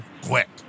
quick